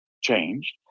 changed